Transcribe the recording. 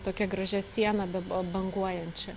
tokia gražia siena be b banguojančia